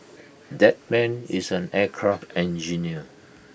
that man is an aircraft engineer